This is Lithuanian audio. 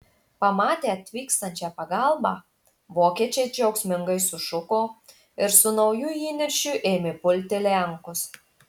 pamatę atvykstančią pagalbą vokiečiai džiaugsmingai sušuko ir su nauju įniršiu ėmė pulti lenkus